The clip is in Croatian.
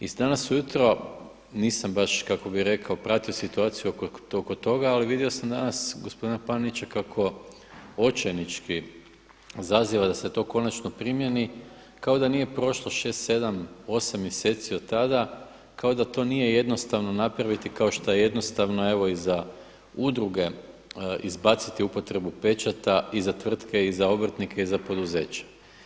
I danas ujutro nisam baš kako bi rekao pratio situaciju oko toga, ali vidio sam danas gospodina Peninića kako očajnički zaziva da se to konačno primjeni kao da nije prošlo 6, 7, 8 mjeseci od tada, kao da to nije jednostavno napraviti kao što jednostavno i za udruge izbaciti upotrebu pečata i za tvrtke i za obrtnike i za poduzeće.